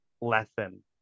lesson